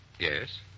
Yes